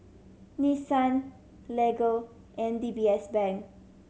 Nissan Lego and D B S Bank